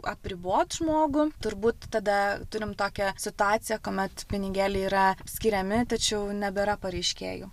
apribot žmogų turbūt tada turim tokią situaciją kuomet pinigėliai yra skiriami tačiau nebėra pareiškėjų